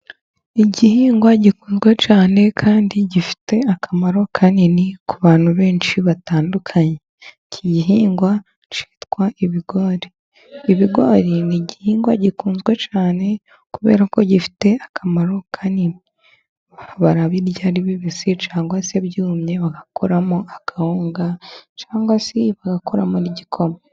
Igihingwa gikundwa cyane kandi gifite akamaro kanini ku bantu benshi batandukanye, iki gihingwa kitwa ibigori. Ibigori ni igihingwa gikunzwe cyane kubera ko gifite akamaro kanini, barabirya, bibisi cyangwa se byumye, bagakoramo akahunga, cyangwa se bagakoramo n'igikoma.